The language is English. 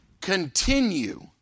Continue